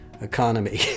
economy